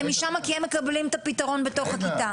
משם כי הם מקבלים את הפתרון בתוך הכיתה.